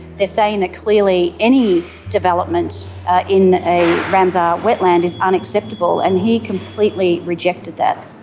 they're saying that clearly any development in a ramsar wetland is unacceptable and he completely rejected that.